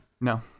no